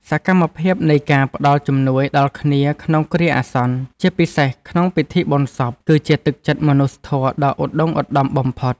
សកម្មភាពនៃការផ្ដល់ជំនួយដល់គ្នាក្នុងគ្រាអាសន្ន ជាពិសេសក្នុងពិធីបុណ្យសព គឺជាទឹកចិត្តមនុស្សធម៌ដ៏ឧត្តុង្គឧត្តមបំផុត។